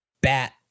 bat